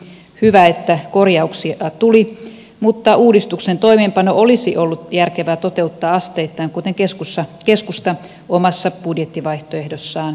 hyvä että korjauksia tuli mutta uudistuksen toimeenpano olisi ollut järkevää toteuttaa asteittain kuten keskusta omassa budjettivaihtoehdossaan esittää